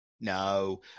no